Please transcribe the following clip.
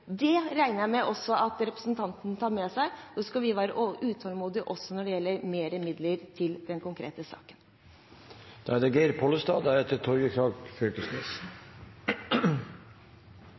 Det regner jeg også med at representanten tar med seg, og så skal vi være utålmodige også når det gjelder mer midler til den konkrete saken. Det